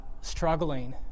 Struggling